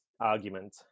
argument